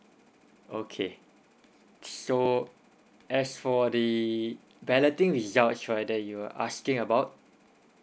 okay so as for the balloting results right the you're asking about